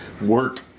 work